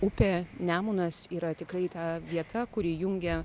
upė nemunas yra tikrai ta vieta kuri jungia